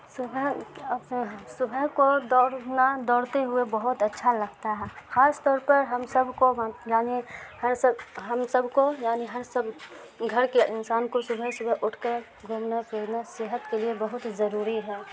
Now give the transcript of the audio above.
صبح صبح کو دوڑنا دوڑتے ہوئے بہت اچھا لگتا ہے خاص طور پر ہم سب کو یعنی ہر سب ہم سب کو یعنی ہر سب گھر کے انسان کو صبح صبح اٹھ کر گھومنا پھرنا صحت کے لیے بہت ضروری ہے